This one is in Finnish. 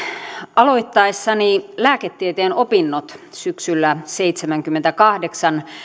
aloittaessani lääketieteen opinnot syksyllä seitsemänkymmenenkahdeksan